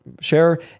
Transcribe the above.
share